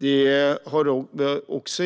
Det är också